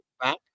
back